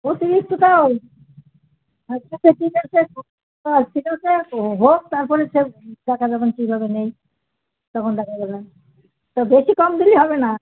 অতিরিক্ত তাও আচ্ছা ঠিক আছে ঠিক আছে হোক তারপরে সে দেখা যাবে কীভাবে নিই তখন দেখা যাবে তা বেশি কম দিলে হবে না